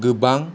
गोबां